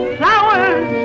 flowers